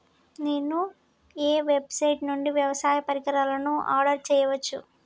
నేను ఏ వెబ్సైట్ నుండి వ్యవసాయ పరికరాలను ఆర్డర్ చేయవచ్చు?